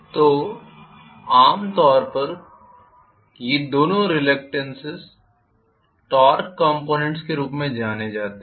तो आम तौर पर ये दोनों रिलक्टेन्स टॉर्क कॉंपोनेंट्स के रूप में जाने जाते है